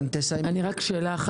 רק שאלה אחת,